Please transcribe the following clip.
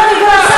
מה?